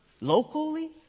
locally